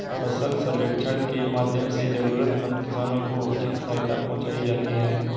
फसल सर्वेक्षण के माध्यम से जरूरतमंद किसानों को उचित सहायता पहुंचायी जाती है